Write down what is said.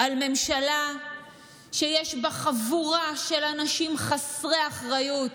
על ממשלה שיש בה חבורה של אנשים חסרי אחריות,